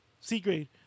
C-grade